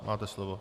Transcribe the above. Máte slovo.